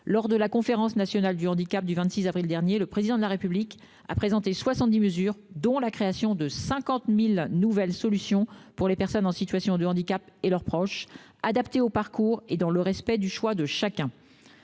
Lors de la Conférence nationale du handicap du 26 avril dernier, le Président de la République a présenté soixante-dix mesures dont la création de 50 000 nouvelles solutions pour les personnes en situation de handicap et pour leurs proches, adaptées au parcours de chacun et dans le respect de ses choix.